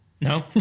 No